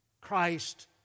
Christ